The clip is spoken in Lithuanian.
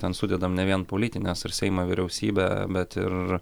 ten sudedam ne vien politines ir seimą vyriausybę bet ir